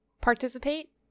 participate